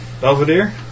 Belvedere